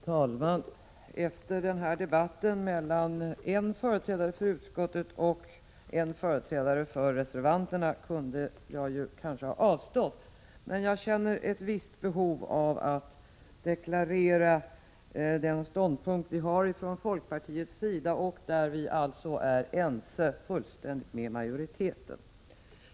Herr talman! Efter denna debatt mellan en företrädare för utskottsmajoriteten och en för reservanterna kunde jag kanske ha avstått från att gå in i diskussionen. Men jag känner ett behov av att deklarera folkpartiets ståndpunkt, där vi är fullständigt ense med majoriteten.